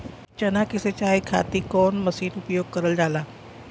चना के सिंचाई खाती कवन मसीन उपयोग करल जाला?